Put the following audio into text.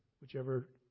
whichever